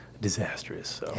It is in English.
disastrous